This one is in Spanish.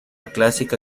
clásica